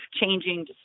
changing